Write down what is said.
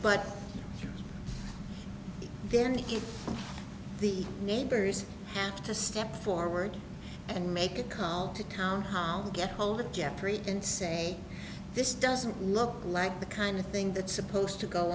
but then you get the neighbors have to step forward and make a call to town hall get hold of geoffrey and say this doesn't look like the kind of thing that's supposed to go